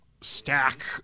stack